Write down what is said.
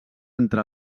entre